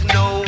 no